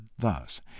Thus